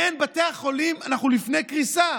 אין, בתי החולים, אנחנו לפני קריסה.